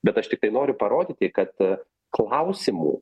bet aš tiktai noriu parodyti kad klausimų